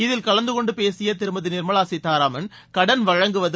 இதில் கலந்துகொண்டுபேசியதிருமதிநிர்மவாசீத்தாராமன் கடன் வழங்குவது